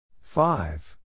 Five